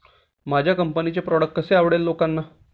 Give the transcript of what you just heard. माझ्या कंपनीचे प्रॉडक्ट कसे आवडेल लोकांना?